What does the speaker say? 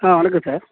ஆ வணக்கம் சார்